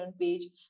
page